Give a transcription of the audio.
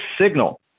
signal